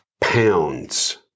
pounds